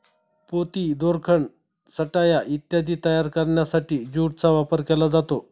पोती, दोरखंड, चटया इत्यादी तयार करण्यासाठी ज्यूटचा वापर केला जातो